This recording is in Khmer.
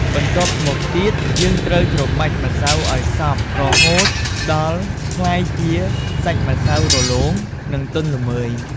បន្ទាប់មកទៀត យើងត្រូវច្របាច់ម្សៅឲ្យសព្វ រហូតដល់ក្លាយជាសាច់ម្សៅរលោង និងទន់ល្មើយ។